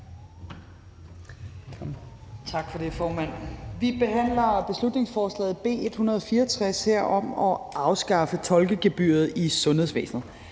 Tak for det, formand. Vi behandler her beslutningsforslaget B 164 om at afskaffe tolkegebyret i sundhedsvæsenet.